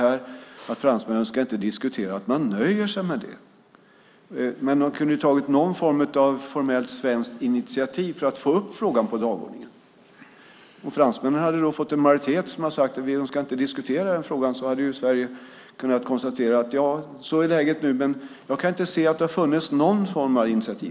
Cecilia Malmström både skriver det i sitt interpellationssvar och säger det här. Man kunde ju ha tagit någon form av formellt svenskt initiativ för att få upp frågan på dagordningen. Om fransmännen då hade fått en majoritet som sagt att vi önskar inte diskutera den frågan hade Sverige kunnat konstatera att ja, så är läget nu. Men jag kan inte se att det har funnits någon form av initiativ.